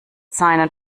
seinen